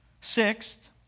Sixth